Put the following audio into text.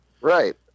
Right